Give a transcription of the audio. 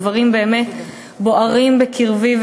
הדברים באמת בוערים בקרבי,